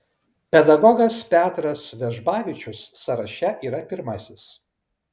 pedagogas petras vežbavičius sąraše yra pirmasis